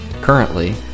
Currently